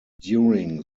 during